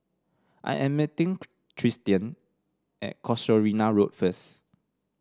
I am meeting Tristian at Casuarina Road first